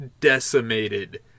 decimated